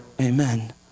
Amen